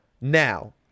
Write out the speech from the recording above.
Now